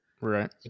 Right